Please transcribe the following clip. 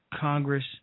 Congress